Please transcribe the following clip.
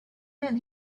then